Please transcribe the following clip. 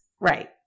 Right